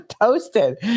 toasted